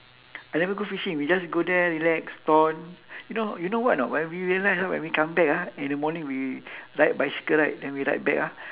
I never go fishing we just go there relax ton you know you know what or not when we realise ah when we come back ah in the morning we ride bicycle right then we ride back ah